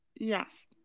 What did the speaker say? Yes